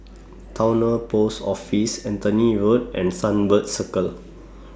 Towner Post Offices Anthony Road and Sunbird Circle